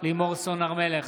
לימור סון הר מלך,